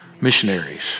missionaries